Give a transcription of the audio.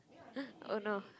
oh no